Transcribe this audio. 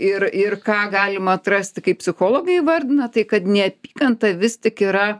ir ir ką galima atrasti kaip psichologai įvardina tai kad neapykanta vis tik yra